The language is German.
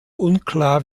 unklar